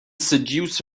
seduce